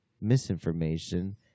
misinformation